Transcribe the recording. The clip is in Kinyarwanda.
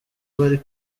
bari